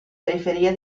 periferia